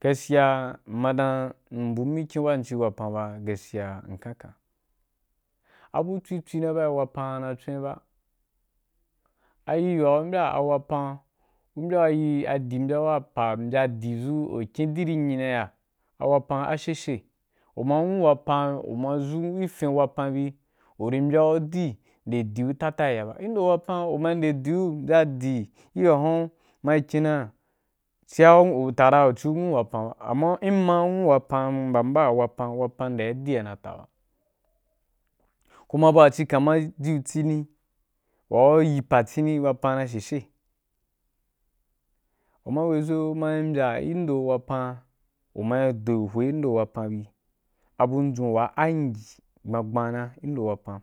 Gaskiya, m ma dan m’bummikin wamci wapan ba gaskiya m’kanka abu ti timba wapan na yi chon be ba a iri wa u mbya a wapan ku mbya a ‘ a di mbya wa pa wa mbya di zu ukin dirinyin nai ya, a wapan a sheshe, uma anwu wapan, uma ʒu gi fin wapan bi uri u mbyan u di, nde diu tata gi ya, ya ba. Gin ndo wapan uma nde duu uri ‘ u mbya’u ai gibahun na’i kin nara, si’a utara u ciu a nwu wapan ba, amma imma nwu wapam, mbamban’u wapan, wapan ndeà di la na’i ta na ba. Kuma buwa ci kama ji’u tsini, wa uyi pa tsini, wapan na shèshè. Uma wei zo mayi mbya indo wapam uma’i zovoin do wapan bi, abun dzun wa am in yi gbangban na indo wapan,